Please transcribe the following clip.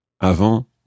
Avant